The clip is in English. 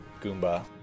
Goomba